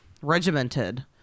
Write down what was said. regimented